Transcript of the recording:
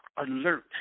Alert